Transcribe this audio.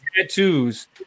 tattoos